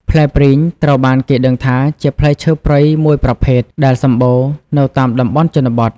ផ្លែព្រីងត្រូវបានគេដឹងថាជាផ្លែឈើព្រៃមួយប្រភេទដែលសម្បូរនៅតាមតំបន់ជនបទ។